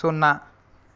సున్నా